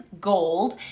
gold